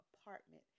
apartment